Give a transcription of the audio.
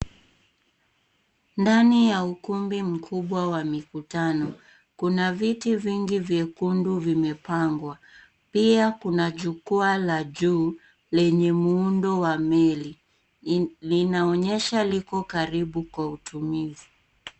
Ndani ya ukumbi mkubwa wa mikutano. Kuna viti vingi vyekundu vimepangwa, pia kuna jukwaa la juu lenye muundo wa meli. I, linaonyesha liko karibu kwa utumizi.